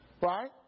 Right